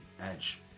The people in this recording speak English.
edge